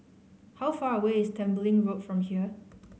how far away is Tembeling Road from here